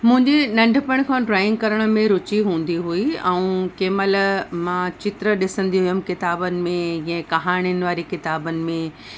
मुंहिंजी नंढपण खां ड्रॉइंग करण में रुचि हूंदी हुई ऐं कंहिं महिल मां चित्र ॾिसंदी हुअमि किताबनि में यां कहाणियुनि वारी किताबनि में